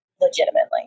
legitimately